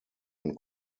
ein